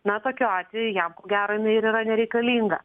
na tokiu atveju jam ko gero jinai ir yra nereikalinga